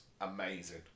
amazing